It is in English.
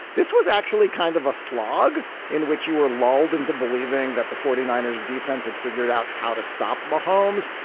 this was actually kind of a slog in which you were lulled into believing that the forty niners defense had figured out how to stop mahomes.